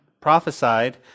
prophesied